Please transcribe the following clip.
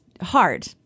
hard